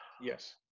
Yes